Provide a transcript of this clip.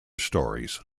stories